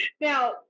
Now